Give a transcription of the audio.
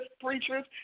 preachers